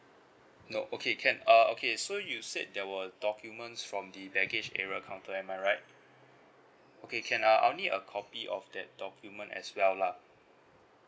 no okay can uh okay so you said there were documents from the baggage area counter am I right okay can uh I'll need a copy of that document as well lah